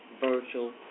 Virtual